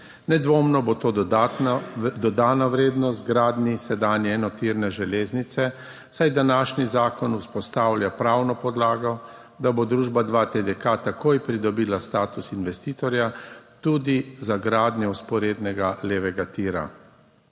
Nedvomno bo to dodana vrednost gradnji sedanje enotirne železnice, saj današnji zakon vzpostavlja pravno podlago, da bo družba 2TDK takoj pridobila status investitorja tudi za gradnjo vzporednega levega tira.